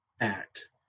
Act